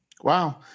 Wow